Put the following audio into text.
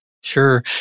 Sure